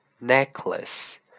necklace